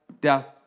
death